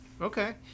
Okay